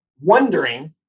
wondering